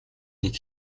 нэг